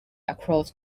across